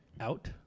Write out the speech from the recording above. out